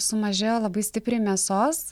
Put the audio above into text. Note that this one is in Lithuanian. sumažėjo labai stipriai mėsos